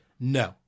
No